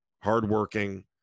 hardworking